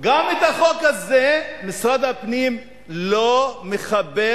גם את החוק הזה משרד הפנים לא מכבד,